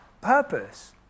purpose